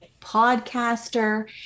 podcaster